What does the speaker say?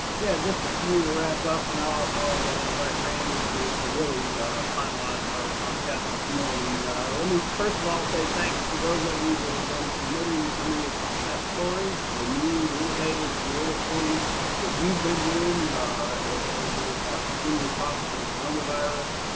yeah just a few to wrap up and i'll invite randy to to really finalize our our chat this morning let me first of all say thanks to those of you that have been submitting some of your success stories the new innovative creative things that you've been doing as in response to the coronavirus.